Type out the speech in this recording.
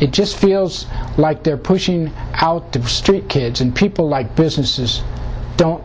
it just feels like they're pushing out the street kids and people like businesses don't